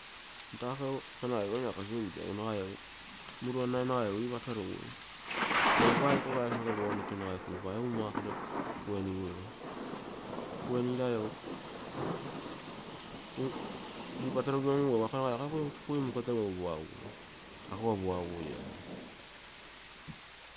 Ntako egutono agiguine ako sinto nagai egu, muruomnai roo nagai egu ipatorugui, kueninai egu ipitarupio un ugu nagai akoi kui muketegu puaggui, akogo puagugui egu.